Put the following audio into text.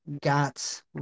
got